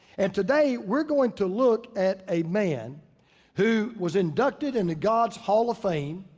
and today we're going to look at a man who was inducted into god's hall of fame,